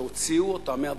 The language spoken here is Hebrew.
שהוציאו אותם מהבתים,